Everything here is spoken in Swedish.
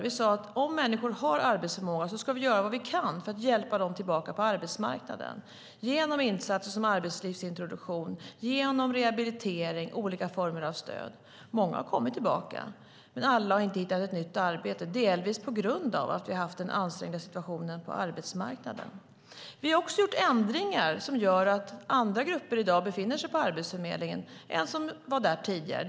Vi sade att om människor har arbetsförmåga ska vi göra vad vi kan för att hjälpa dem tillbaka till arbetsmarknaden, genom insatser som arbetslivsintroduktion, rehabilitering och olika former av stöd. Många har kommit tillbaka, men alla har inte hittat ett nytt arbete, delvis på grund av den ansträngda situationen på arbetsmarknaden. Vi har också gjort ändringar som gör att andra grupper i dag befinner sig på Arbetsförmedlingen än som var där tidigare.